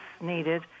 needed